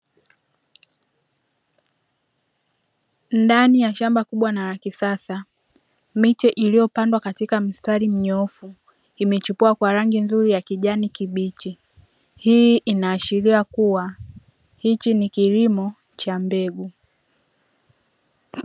Ndani ya shamba kubwa na la kisasa, miti iliyopandwa katika mistari minyoofu imechipua kwa rangi nzuri ya kijani kibichi. Hii inaashiria kuwa hiki ni kilimo cha mbegu.